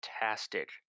fantastic